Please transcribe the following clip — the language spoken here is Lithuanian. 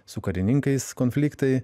su karininkais konfliktai